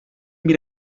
bir